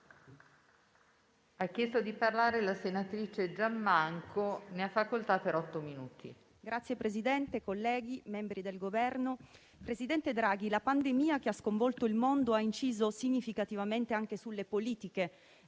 presidente Draghi, la pandemia che ha sconvolto il mondo ha inciso significativamente anche sulle politiche